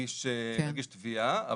להגיש תביעה,